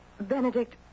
Benedict